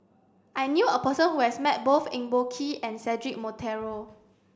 I knew a person who has met both Eng Boh Kee and Cedric Monteiro